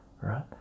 right